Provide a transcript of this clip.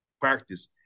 practice